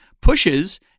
pushes